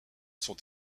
sont